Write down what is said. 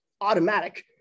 automatic